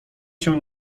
się